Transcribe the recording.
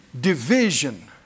division